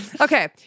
okay